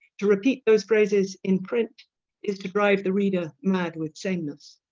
to repeat those phrases in print is to drive the reader mad with sameness.